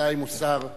בוודאי מוסר מוסלמי.